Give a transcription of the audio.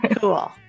cool